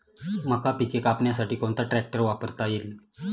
मका पिके कापण्यासाठी कोणता ट्रॅक्टर वापरता येईल?